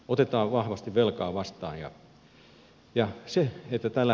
otetaan vahvasti velkaa vastaan